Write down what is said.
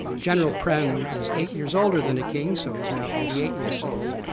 general prem is eight years older than the king so he's now eighty eight years old,